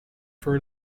for